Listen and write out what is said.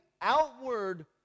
outward